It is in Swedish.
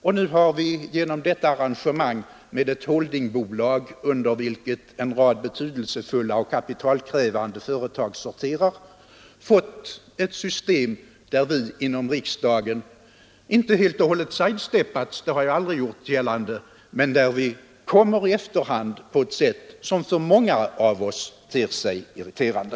Vi har nu genom detta arrangemang med ett holdingbolag, under vilket en rad betydelsefulla och kapitalkrävande företag sorterar, fått ett system där vi inom riksdagen inte helt och hållet sidesteppats — det har jag aldrig gjort gällande — men där vi kommer i efterhand på ett sätt som för många av oss ter sig irriterande.